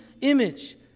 image